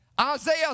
Isaiah